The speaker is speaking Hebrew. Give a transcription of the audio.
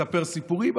מספר סיפורים,